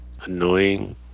Annoying